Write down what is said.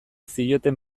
zioten